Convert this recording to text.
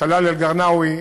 טלאל אלקרינאוי,